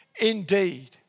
indeed